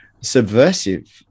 subversive